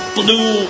blue